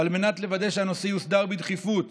לוודא שהנושא יוסדר בדחיפות